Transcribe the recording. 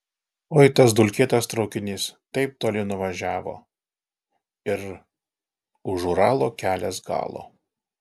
oi tas dulkėtas traukinys taip toli nuvažiavo ir už uralo kelias galo